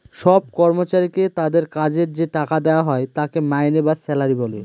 সব কর্মচারীকে তাদের কাজের যে টাকা দেওয়া হয় তাকে মাইনে বা স্যালারি বলে